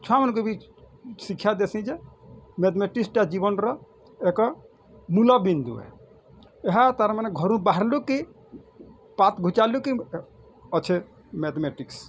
ଛୁଆମାନ୍ଙ୍କୁ ବି ଶିକ୍ଷା ଦେଶୀ ଯେ ମେଥମେଟିକ୍ସଟା ଜୀବନ୍ର ଏକ ମୁଲ ବିନ୍ଦୁ ହେ ଏହା ତାର୍ ମାନେ ଘରୁ ବାହାର୍ଲୁ କି ପାଦ ଘୁଚାଲୁ କି ଅଛେ ମେଥମେଟିକ୍ସ